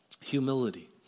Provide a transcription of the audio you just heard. humility